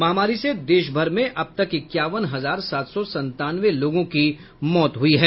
महामारी से देशभर में अब तक इक्यावन हजार सात सौ संतानवे लोगों की मौत हुई है